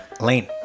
Lane